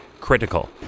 critical